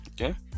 Okay